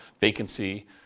vacancy